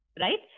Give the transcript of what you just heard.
right